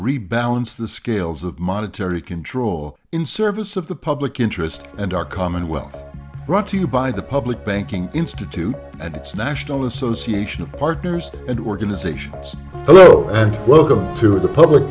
rebalance the scales of monetary control in service of the public interest and our common wealth brought to you by the public banking institute and its national association of partners and organizations hello and welcome to the public